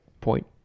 point